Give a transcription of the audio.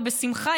ובשמחה,